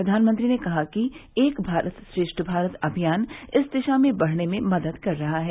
प्रधानमंत्री ने कहा कि एक भारत श्रेष्ठ भारत अभियान इस दिशा में बढ़ने में मदद कर रहा है